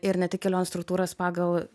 ir ne tik kelionių struktūras pagal